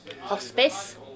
Hospice